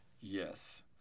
yes